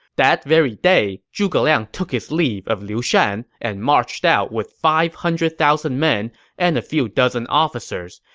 that very day, zhuge liang took his leave of liu shan and marched out with five hundred thousand men and a few dozen officers.